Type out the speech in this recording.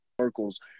circles